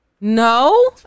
no